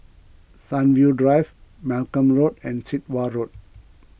Sunview Drive Malcolm Road and Sit Wah Road